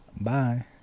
Bye